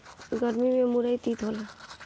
गरमी में मुरई तीत होला